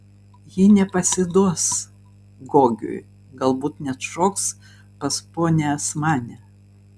ji nepasiduos gogiui galbūt net šoks pas ponią asmanę